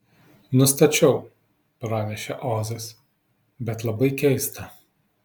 nustačiau pranešė ozas bet labai keista